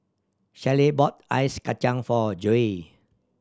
Shellie bought ice kacang for Joi